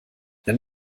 dann